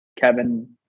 Kevin